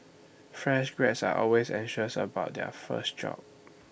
fresh grads are always anxious about their first job